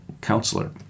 counselor